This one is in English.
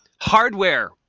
Hardware